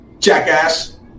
Jackass